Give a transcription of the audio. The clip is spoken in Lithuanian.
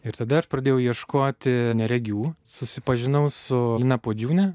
ir tada aš pradėjau ieškoti neregių susipažinau su lina puodžiūne